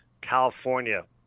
California